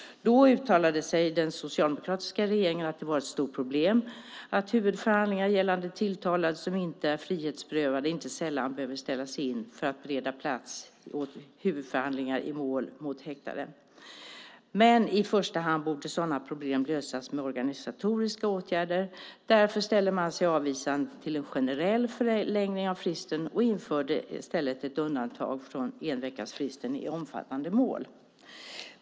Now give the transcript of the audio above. Då uttalade sig den socialdemokratiska regeringen att det var ett stort problem att huvudförhandlingar gällande tilltalad som inte är frihetsberövad inte sällan behöver ställas in för att bereda plats åt huvudförhandlingar i mål mot häktade. I första hand borde sådana problem lösas med organisatoriska åtgärder. Därför ställde man sig avvisande till en generell förlängning av fristen och införde i stället ett undantag från enveckasfristen i omfattande mål.